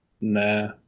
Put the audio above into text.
Nah